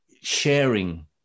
sharing